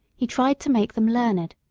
he tried to make them learned.